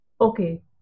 Okay